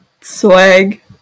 swag